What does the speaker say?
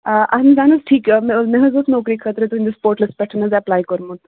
آ اَہن حظ اَہن حظ ٹھیٖک مےٚ اوس مےٚ حظ اوس نوکری خٲطرٕ تُہٕنٛدِس پوٹلَس پٮ۪ٹھ حظ اٮ۪پلَے کوٚرمُت